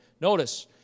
Notice